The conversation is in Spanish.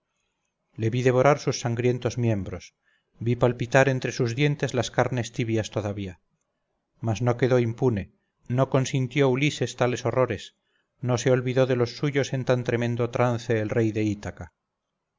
vi devorar sus sangrientos miembros vi palpitar entre sus dientes las carnes tibias todavía mas no quedó impune no consintió ulises tales horrores no se olvidó de los suyos en tan tremendo trance el rey de ítaca